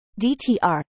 DTR